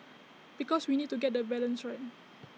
because we need to get the balance right